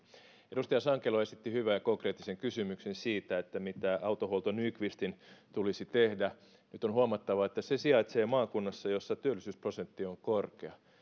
edustaja sankelo esitti hyvän ja konkreettisen kysymyksen siitä mitä autohuolto nyqvistin tulisi tehdä nyt on huomattava että se sijaitsee maakunnassa jossa työllisyysprosentti on korkea